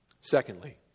Secondly